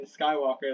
skywalker